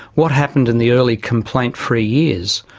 what happened in the early complaint-free years?